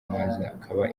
hakaba